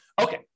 Okay